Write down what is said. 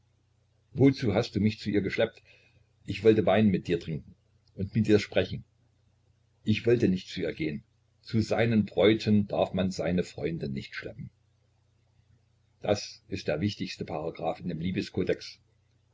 wozu hast du mich zu ihr geschleppt ich wollte wein mit dir trinken und mit dir sprechen ich wollte nicht zu ihr gehen zu seinen bräuten darf man seine freunde nicht schleppen das ist der wichtigste paragraph in dem